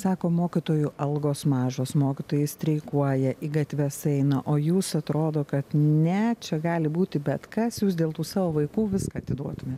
sako mokytojų algos mažos mokytojai streikuoja į gatves eina o jūs atrodo kad ne čia gali būti bet kas jūs dėl tų savo vaikų viską atiduotumėt